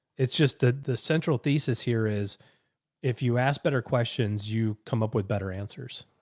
it's just that the central thesis here is if you ask better questions, you come up with better answers.